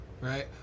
Right